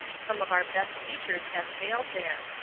some of our best teachers have failed there.